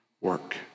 work